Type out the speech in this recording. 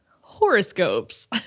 horoscopes